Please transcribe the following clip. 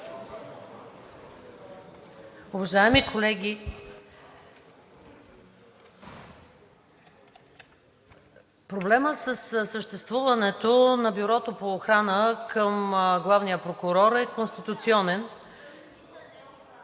Уважаеми колеги, проблемът със съществуването на Бюрото по охрана към главния прокурор е конституционен.